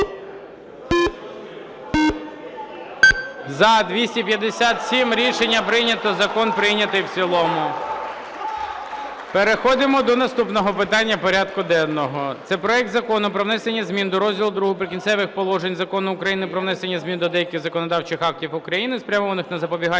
За-257 Рішення прийнято. Закон прийнятий в цілому. Переходимо до наступного питання порядку денного це проект Закону про внесення зміни до розділу ІІ "Прикінцеві положення" Закону України "Про внесення змін до деяких законодавчих актів України, спрямованих на запобігання